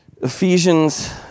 Ephesians